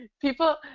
people